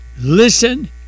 listen